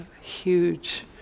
huge